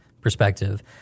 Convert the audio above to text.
perspective